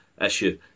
issue